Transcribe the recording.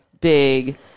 big